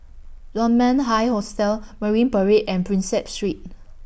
Dunman High Hostel Marine Parade and Prinsep Street